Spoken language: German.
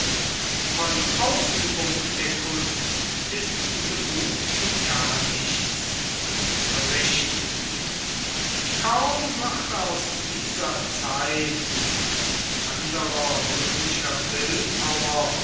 von ausübung der kunst ist so gut wie gar nichts zu berichten kaum wird aus dieser zeit ein anderer römischer bildhauer